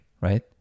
right